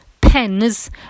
pens